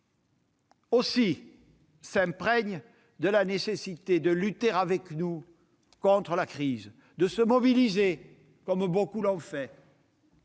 conscience de la nécessité de lutter avec nous contre la crise, de se mobiliser, comme beaucoup l'ont fait